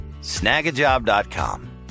snagajob.com